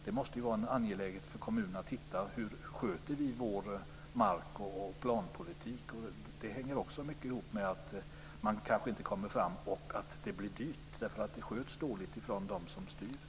Det måste vara en angelägenhet för kommunen att se över hur man sköter sin mark och planpolitik. Man kommer inte till skott och det blir dyrt att bygga därför att de styrande sköter detta dåligt.